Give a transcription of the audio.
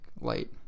light